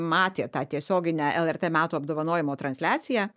matė tą tiesioginę lrt metų apdovanojimo transliaciją